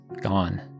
gone